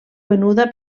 venuda